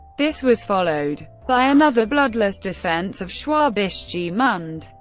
this was followed by another bloodless defence of schwabisch gmund.